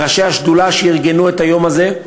לראשי השדולה, שארגנו את היום הזה,